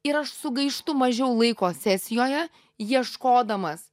ir aš sugaištu mažiau laiko sesijoje ieškodamas